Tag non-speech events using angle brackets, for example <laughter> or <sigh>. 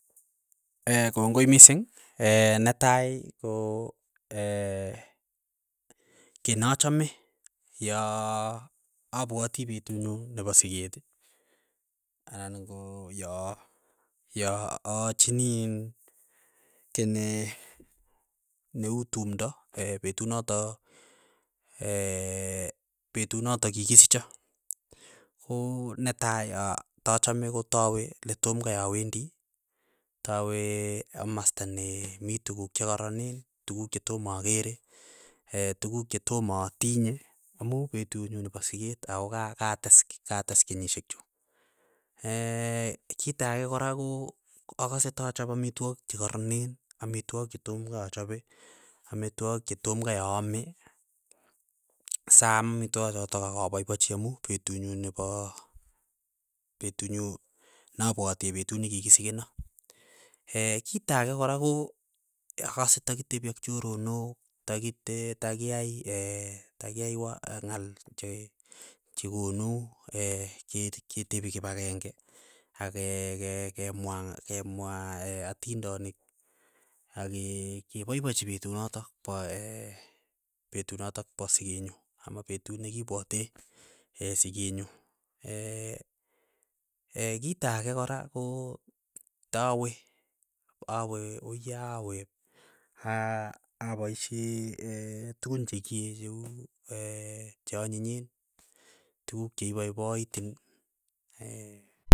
<hesitation> kongoi mising, <hesitation> netai ko <hesitation> kiy nachame ya apwati petutnyu nepo siket anan ko ya ya aachini in kene ne uu tumto <hesitation> petut notok <hesitation> petut notok kikisicho, ko uu netai a tachame kotawe letomkai awendi, tawe amasta ne mi tukuk che karanen, tukuk chetoma akere, <hesitation> tukuk chetoma atinye, amu petut nyu nepo siket ako ka kates ki kates kenyishek chuk, <hesitation> kita ake kora ko akase tachap amitwogik che karaneni, amitwogik chetomkai achape, amitwogik chetomkai aame, saam amitwogik chotok ak apaipachi amu petutnyu nepo petunyu napwate petut nikikisikena, <hesitation> kita ake kora ko akse takitepi ak choronok, takit takiyai <hesitation> takiya wa <hesitation> ng'al che chekonu <hesitation> ke ketepi kipakeng'e, ake ke- ke mwa ng' kemwa <hesitation> atindonik aki kepaipachi petut notok pa <hesitation> petut notok pa sikeet nyu, amu petut nikipwate <hesitation> siket nyu, <hesitation> ee kito ake kora ko tawe tawe wuiya awe aa apaishe <hesitation> tukun chekie cheu <hesitation> cha anyinyen tukuk che ipaipatin ee.